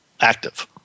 active